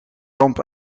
ramp